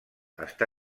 està